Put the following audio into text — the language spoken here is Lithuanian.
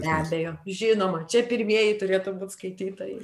be abejo žinoma čia pirmieji turėtų būt skaitytojai